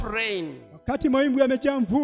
rain